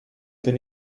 bin